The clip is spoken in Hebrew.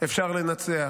אפשר לנצח.